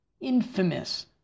infamous